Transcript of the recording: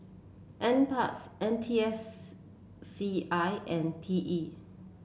NParks N T S C I and P E